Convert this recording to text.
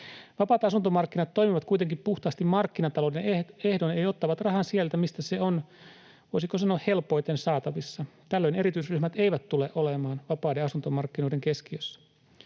Vapaat asuntomarkkinat toimivat kuitenkin puhtaasti markkinatalouden ehdoin eli ottavat rahan sieltä mistä se on, voisiko sanoa, helpoiten saatavissa. Tällöin erityisryhmät eivät tule olemaan vapaiden asuntomarkkinoiden keskiössä.